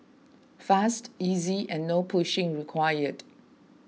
fast easy and no pushing required